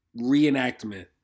reenactment